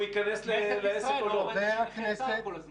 יש לו 100% אחריות ולי יש 100% אחריות.